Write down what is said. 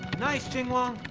nice, xinguang.